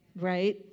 right